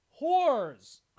whores